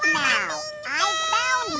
um wow wow